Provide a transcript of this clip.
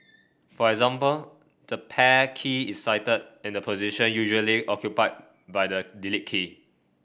for example the Pair key is sited in the position usually occupied by the Delete key